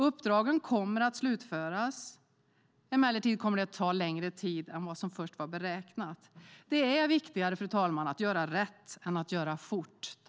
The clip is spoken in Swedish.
Uppdragen kommer att slutföras, emellertid kommer det ta längre tid än vad som först var beräknat. Det är viktigare att göra rätt än att göra fort.